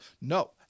No